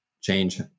change